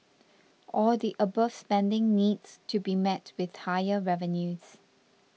all the above spending needs to be met with higher revenues